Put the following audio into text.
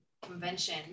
Convention